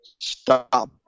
stop